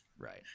Right